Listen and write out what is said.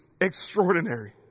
extraordinary